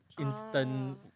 instant